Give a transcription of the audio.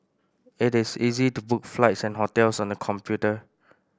it is easy to book flights and hotels on the computer